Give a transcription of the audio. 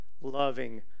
loving